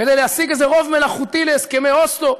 כדי להשיג איזה רוב מלאכותי להסכמי אוסלו.